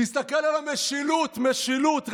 תסתכל על המשילות, משילות.